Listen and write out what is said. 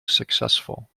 successful